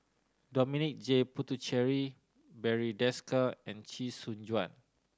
Dominic J Puthucheary Barry Desker and Chee Soon Juan